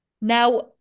Now